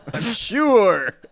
Sure